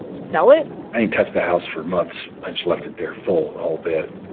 sell it? i ain't touch the house for months. i just left it there full, the whole bit.